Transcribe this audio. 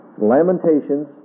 Lamentations